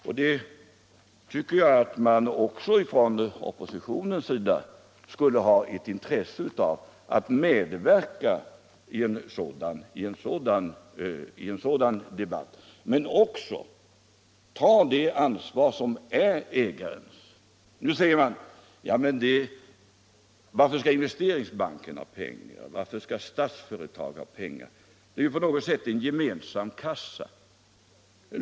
Jag tycker att också oppositionen skulle ha ett intresse av att medverka i en sådan debatt och ta det ansvar som är ägarens. Man frågar: Varför skall Investeringsbanken och Statsföretag ha peng ar? Det är ju en gemensam kassa.